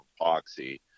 epoxy